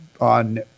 on